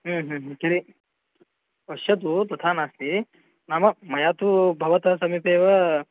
तदेव पश्यतु तथा नास्ति नाम मया तु भवतः समीपे एव